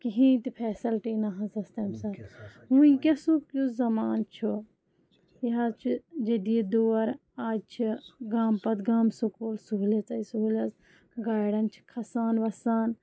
کِہیٖنۍ تہِ فیسَلٹی نہ حظ ٲس تَمہِ ساتہٕ وٕنکٮ۪سُک یُس زمانہٕ چھُ یہِ حظ چھِ جدیٖد دور اَز چھِ گامہٕ پَتہٕ گامہٕ سکوٗل سہوٗلیتے سہوٗلیت گاڑٮ۪ن چھِ کھَسان وَسان